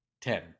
Ten